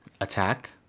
attack